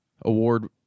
Award